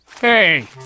Hey